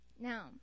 Now